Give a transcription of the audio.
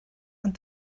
ond